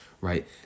right